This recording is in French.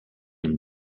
une